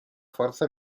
forza